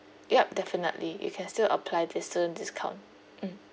yup definitely you can still apply the student discount mm